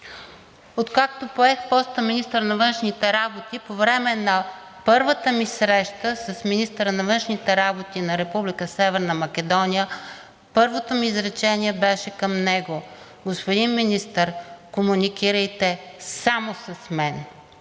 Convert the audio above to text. Когато поех поста министър на външните работи, по време на първата ми среща с министъра на външните работи на Република Северна Македония, първото ми изречение беше към него: „Господин Министър, комуникирайте само с мен.“